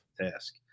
task